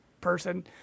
person